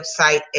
website